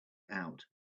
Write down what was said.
out